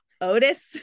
Otis